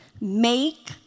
make